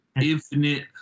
infinite